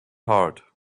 heart